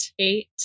eight